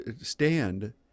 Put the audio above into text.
stand